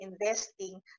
investing